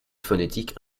phonétique